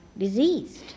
diseased